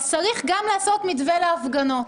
אפשר לעשות מתווה להפגנות.